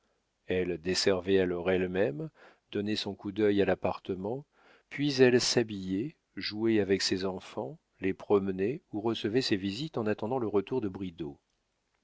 elle desservait alors elle-même donnait son coup d'œil à l'appartement puis elle s'habillait jouait avec ses enfants les promenait ou recevait ses visites en attendant le retour de bridau